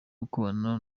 gukorana